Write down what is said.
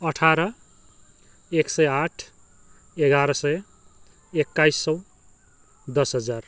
अठार एक सय आठ एघार सय एक्काइस सौ दस हजार